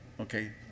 okay